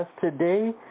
today